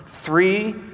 three